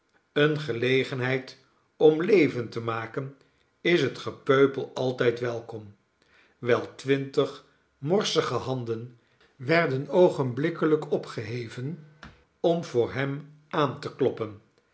eene gelegenheid om leven te maken is het gepeupel altijd welkom wel twintig morsige handen werden oogenbikkelijk opgeheven om voor hem aan te kloppen